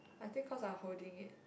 I think because I holding it